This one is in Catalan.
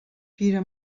fira